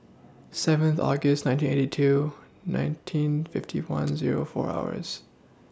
seventh August nineteen eighty two nineteen fifty one Zero four hours